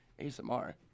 ASMR